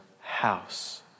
house